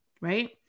right